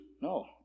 no